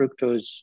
fructose